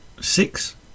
six